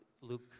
Luke